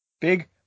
Big